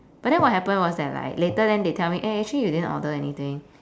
but then what happened was that like later then tell me eh actually you didn't order anything